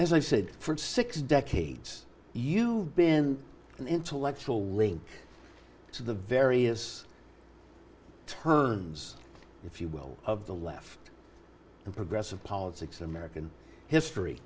as i said for six decades you've been an intellectual link to the various turns if you will of the left and progressive politics american history